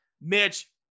Mitch